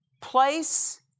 Place